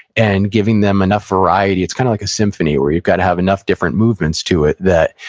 and giving them enough variety it's kind of like a symphony, where you've got to have enough different movements to it, that,